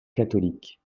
catholiques